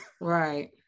Right